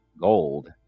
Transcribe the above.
gold